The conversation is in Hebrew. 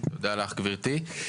תודה לך גברתי.